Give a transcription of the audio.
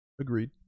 Agreed